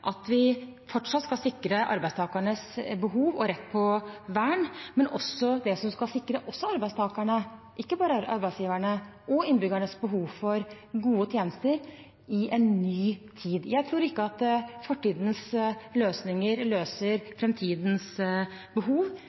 at vi fortsatt skal sikre arbeidstakernes behov for og rett til vern, men vi må også sikre arbeidstakernes – ikke bare arbeidsgivernes – og innbyggernes behov for gode tjenester i en ny tid. Jeg tror ikke at fortidens løsninger løser framtidens behov.